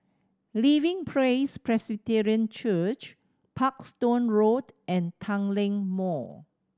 Living Praise Presbyterian Church Parkstone Road and Tanglin Mall